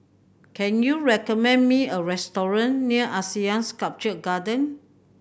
can you recommend me a restaurant near ASEAN Sculpture Garden